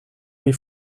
wie